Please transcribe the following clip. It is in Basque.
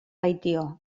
baitio